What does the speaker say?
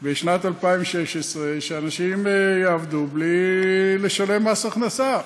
בשנת 2016 שאנשים יעבדו בלי לשלם מס הכנסה.